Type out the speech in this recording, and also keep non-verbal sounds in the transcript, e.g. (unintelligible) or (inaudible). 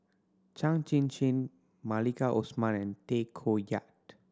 (unintelligible) Chin Chin Maliki Osman and Tay Koh Yat